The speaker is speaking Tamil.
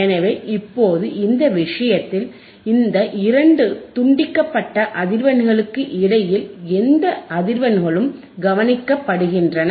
எனவே இப்போது இந்த விஷயத்தில் இந்த இரண்டு துண்டிக்கப்பட்ட அதிர்வெண்களுக்கு இடையில் எந்த அதிர்வெண்களும் கவனிக்கப்படுகின்றன